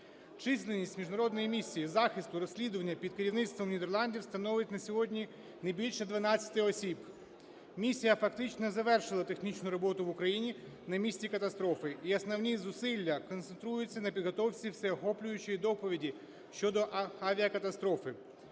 Чисельність міжнародної місії захисту розслідування під керівництвом Нідерландів становить на сьогодні не більше 12 осіб. Місія фактично завершила технічну роботу в Україні на місці катастрофи. І основні зусилля концентруються на підготовці всеохоплюючої доповіді щодо авіакатастрофи.